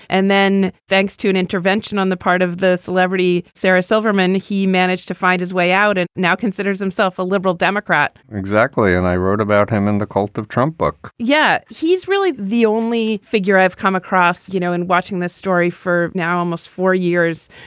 and then thanks to an intervention on the part of the celebrity, sarah silverman, he managed to find his way out and now considers himself a liberal democrat exactly. and i wrote about him in the cult of trump book yeah. he's really the only figure i've come across, you know, in watching this story for now, almost four years.